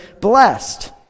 blessed